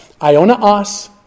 Ionaos